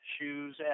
shoes